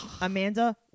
Amanda